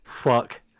Fuck